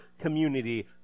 community